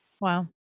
Wow